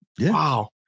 Wow